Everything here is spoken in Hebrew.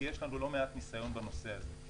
כי יש לנו לא מעט ניסיון בנושא הזה.